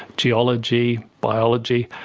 geology, biology.